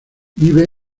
vive